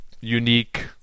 unique